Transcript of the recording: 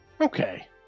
okay